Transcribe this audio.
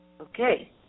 Okay